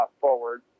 forward